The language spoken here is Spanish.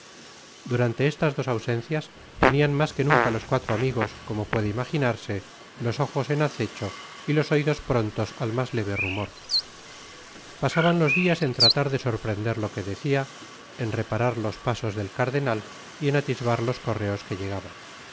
durante estas dos ausencias tenían mas que nunca los cuatro amigos como puede imaginarse los ojos en acecho y los oidos prontos al mas uve rumor pasaban los dias en tratar de sorprender lo que decía en reparar los pasos del cardenal y en atisbar los correos que llegaban